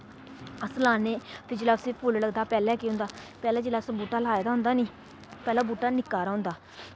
अस लान्नें ते जिल्लै उस्सी फुल्ल लगदा पैह्लें केह् होंदा पैह्लें जिल्लै असें बूह्टा लाए दा होंदा निं पैह्लें बूह्टा निक्का हारा होंदा